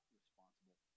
responsible